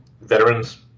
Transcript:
veterans